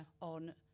on